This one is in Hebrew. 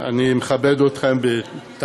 אני מכבד אתכם, גם אנחנו אותך.